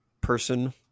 person